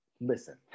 listen